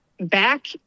Back